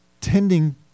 tending